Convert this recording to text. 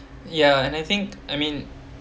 ya and I think I mean